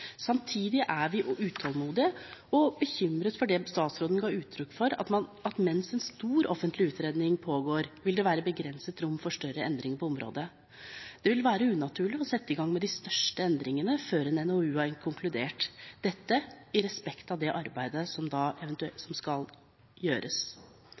Samtidig er vi utålmodige og bekymret for det statsråden ga uttrykk for – at mens en stor offentlig utredning pågår, vil det være begrenset rom for større endringer på området. Det vil være unaturlig å sette i gang med de største endringene før en NOU har konkludert, dette i respekt for det arbeidet som skal gjøres.